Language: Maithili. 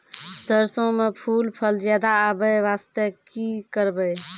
सरसों म फूल फल ज्यादा आबै बास्ते कि करबै?